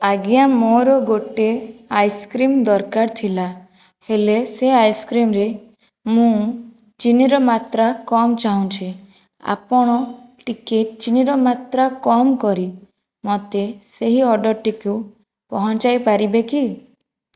ଆଜ୍ଞା ମୋର ଗୋଟିଏ ଆଇସକ୍ରିମ ଦରକାର ଥିଲା ହେଲେ ସେ ଆଇସକ୍ରିମରେ ମୁଁ ଚିନିର ମାତ୍ରା କମ ଚାଁହୁଛି ଆପଣ ଟିକେ ଚିନିର ମାତ୍ରା କମ କରି ମୋତେ ସେହି ଅର୍ଡ଼ରଟିକୁ ପହଞ୍ଚାଇ ପାରିବେ କି